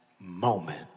moment